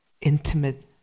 intimate